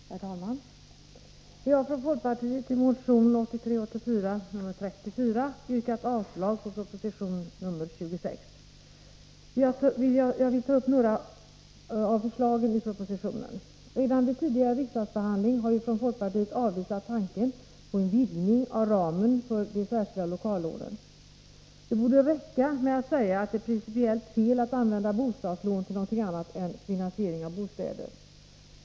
Herr talman! Vi har från folkpartiet i motion 1983/84:34 yrkat avslag på proposition nr 26. Jag vill ta upp några av förslagen i propositionen. Redan vid tidigare riksdagsbehandling har vi från folkpartiet avvisat tanken på en vidgning av ramen för de särskilda lokallånen. Det borde räcka med att säga, att det är principiellt fel att använda bostadslån till något annat än finansiering av bostäder.